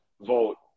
vote